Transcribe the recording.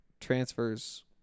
transfers